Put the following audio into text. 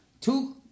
Two